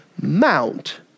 Mount